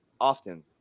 Often